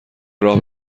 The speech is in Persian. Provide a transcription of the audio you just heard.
راه